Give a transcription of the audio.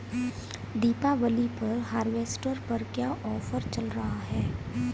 दीपावली पर हार्वेस्टर पर क्या ऑफर चल रहा है?